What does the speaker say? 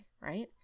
right